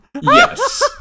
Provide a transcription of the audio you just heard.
Yes